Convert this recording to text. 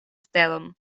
stelon